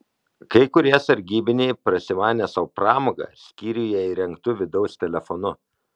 kai kurie sargybiniai prasimanė sau pramogą skyriuje įrengtu vidaus telefonu